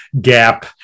gap